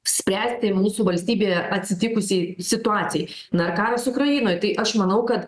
spręsti mūsų valstybėje atsitikusiai situacijai na ir karas ukrainoj tai aš manau kad